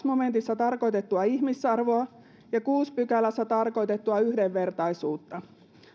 momentissa tarkoitettua ihmisarvoa ja kuudennessa pykälässä tarkoitettua yhdenvertaisuutta